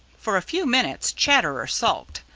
for a few minutes chatterer sulked,